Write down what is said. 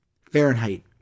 Fahrenheit